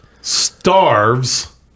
starves